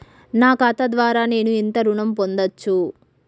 నా ఖాతా ద్వారా నేను ఎంత ఋణం పొందచ్చు?